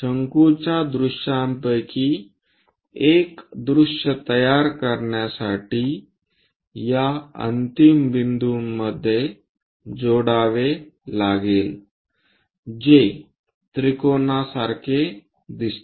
शंकूच्या दृश्यांपैकी एक दृश्य तयार करण्यासाठी या अंतिम बिंदूंमध्ये जोडावे लागेल जे त्रिकोणासारखे दिसते